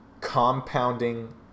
compounding